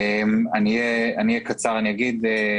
אקצר בדבריי.